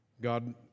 God